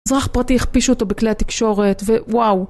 אזרח פרטי הכפיש אותו בכלי התקשורת וואו